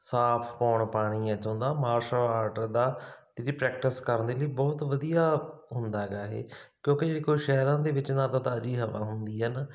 ਸਾਫ ਪੌਣ ਪਾਣੀ ਇਥੋਂ ਦਾ ਮਾਰਸ਼ਲ ਆਰਟ ਦਾ ਕਿਉਂਕੀ ਪ੍ਰੈਕਟਿਸ ਕਰਨ ਦੇ ਲਈ ਬਹੁਤ ਵਧੀਆ ਹੁੰਦਾ ਹੈਗਾ ਇਹ ਕਿਉਂਕਿ ਦੇਖੋ ਸ਼ਹਿਰਾਂ ਦੇ ਵਿੱਚ ਨਾ ਤਾਂ ਤਾਜ਼ੀ ਹਵਾ ਹੁੰਦੀ ਹੈ ਨਾ